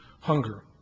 hunger